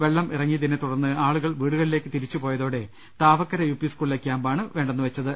വെള്ളം ഇറങ്ങിയിനെ തുടർന്ന് ആളുകൾ വീടുകളിലേക്ക് തിരിച്ചുപോയതോടെ താവക്കര യു പി സ്കൂളിലെ ക്യാമ്പാണ് ഒഴിവാക്കിയത്